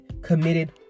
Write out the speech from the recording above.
committed